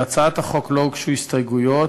להצעת החוק לא הוגשו הסתייגויות.